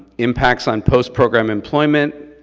impacts on post-program employment.